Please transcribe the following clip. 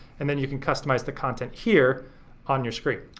and then you can customize the content here on your screen.